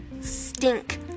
stink